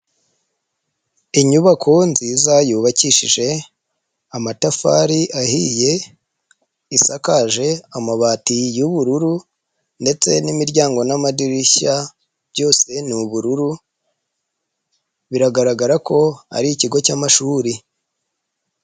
Inyubako nziza yubakishije amatafari ahiye, isakaje amabati y'ubururu ndetse n'imiryango n'amadirishya byose ni ubururu biragaragara ko ari ikigo cy'amashuri.